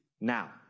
now